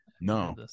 No